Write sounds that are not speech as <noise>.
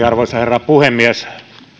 <unintelligible> arvoisa herra puhemies